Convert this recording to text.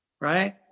Right